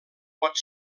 pot